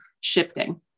shifting